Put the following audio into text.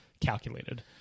calculated